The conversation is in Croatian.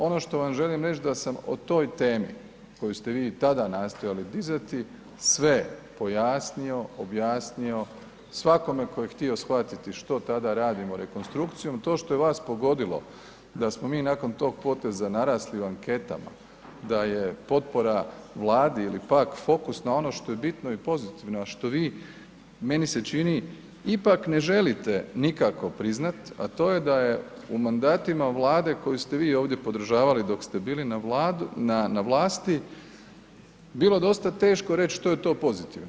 Ono što vam želim reći da sam o toj temi, koju ste vi i tada nastojali dizati, sve pojasnio, objasnio, svakome tko je htio shvatiti što tada radimo rekonstrukcijom, to što je vas pogodili da smo mi nakon tog poteza narasli u anketama, da je potpora Vladi ili pak fokus na ono što je bitno i pozitivno, a što vi, meni se čini ipak ne želite nikako priznati, a to je da je u mandatima Vlade koju ste vi ovdje podržavali dok ste bili na vlasti, bilo dosta teško reći što je to pozitivno.